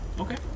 Okay